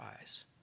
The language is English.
eyes